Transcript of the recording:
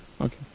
okay